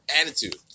attitude